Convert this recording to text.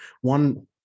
one